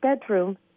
bedroom